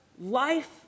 life